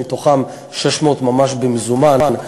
מהם 600 ממש במזומן,